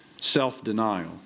self-denial